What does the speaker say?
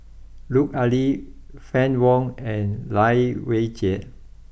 Lut Ali Fann Wong and Lai Weijie